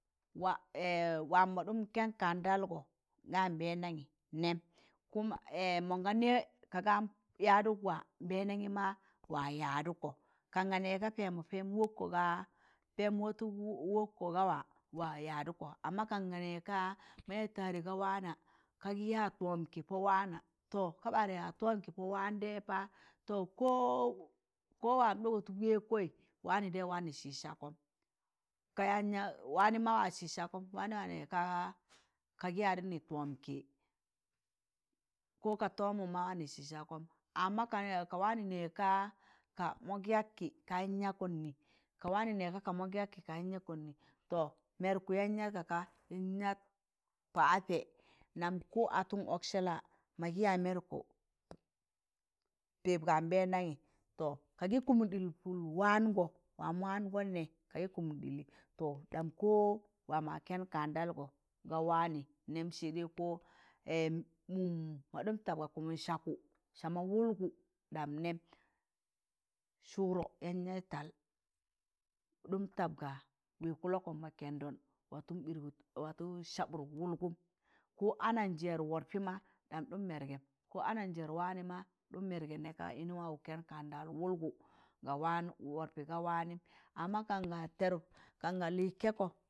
Wa wam ma ɗụm kẹn kan dalgọ ga nbẹndamị nẹm kuma mọngọ nẹẹ kagam yadụk waa nbẹndanyi maa wa yadụkọ kanga nẹgka pẹẹmọ pẹẹm wọk ga pẹẹm watọ wọkọga wa wa yadụkọ amma kanga nẹgka maya tare ga waana. Kagi ya tọm kị pọ waanị to ka ɓaa yaịz tọm kị pọ waam daị paa to ko waam ɗọk watọ wẹẹg kọị waanị daị wani sịịz sakọm ka yan yag waanị ma wa sịịz sakọn waanị wa nẹịzị ka kagị yadịnị tọm kị ko ka tọmụm maa wa sịịz sakọm amma ka waanị nẹgka ka mọk yak kị, ka yam yakọn nị ka waanị, nẹgka mọk yak kị kayan yak nị. to mẹrụkụ yaan yat gaka mẹrụkụ yaan yat pọ apẹ nam ko atọn ọk sẹla magị yaịz mẹrụkụ pịb ga nbẹndamị to kagị kụmụn ɗịl pụl waangọ waam waangọ nẹ kagị kụmụn ɗịlọ dam ko waam ma kẹnd kan dalgo ga waanị nẹm sai dai ko mụm ma ɗụm tab ga kụmụn sakụ sama wụlgụ ɗam nẹm sụrọ yan yaị tal, ɗụm tab ga wẹẹg kulokọm ma kẹndọn watọn mirgud watọ sabụt wụlgụm ko ananjẹr wọrọpị ma ɗam ɗụm mẹrgẹm ko anajẹr waanị ma ɗụm mẹrgẹ nẹga yịnị waa kẹnd kandal wụlgụm wọrọpị ga wanịm amma kanga tẹẹdụk kanga lịk kẹkọ.